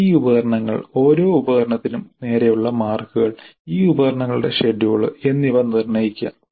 CIE ഉപകരണങ്ങൾ ഓരോ ഉപകരണത്തിനും നേരെയുള്ള മാർക്കുകൾ ഈ ഉപകരണങ്ങളുടെ ഷെഡ്യൂൾ എന്നിവ നിർണ്ണയിക്കുക